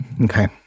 okay